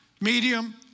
Medium